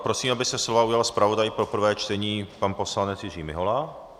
Prosím, aby se slova ujal zpravodaj pro prvé čtení, pan poslanec Jiří Mihola.